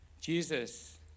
Jesus